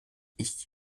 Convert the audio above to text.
ich